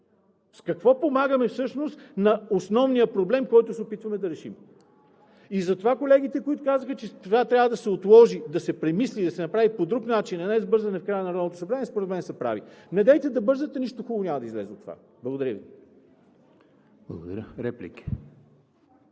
С какво помагаме всъщност на основния проблем, който се опитваме да решим? И затова колегите, които казаха, че това трябва да се отложи, да се премисли и да се направи по друг начин, а не с бързане в края на Народното събрание, според мен са прави. Недейте да бързате! Нищо хубаво няма да излезе от това. Благодаря Ви. ПРЕДСЕДАТЕЛ